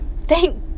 thank